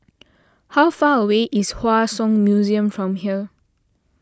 how far away is Hua Song Museum from here